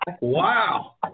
Wow